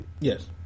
Yes